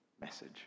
message